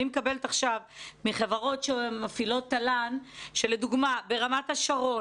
אני מקבלת עכשיו מחברות שמפעילות תל"ן שלדוגמה ברמת השרון,